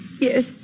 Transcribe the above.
Yes